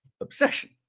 obsession